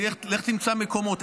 לך תמצא מקומות.